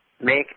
make